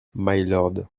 mylord